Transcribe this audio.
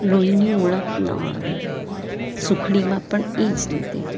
લોહીની ઉણપ ન આવે સુખડીમાં પણ એ જ રીતે